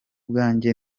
bwanjye